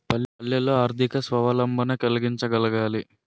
పల్లెల్లో ఆర్థిక స్వావలంబన కలిగించగలగాలి